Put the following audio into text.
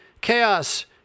Chaos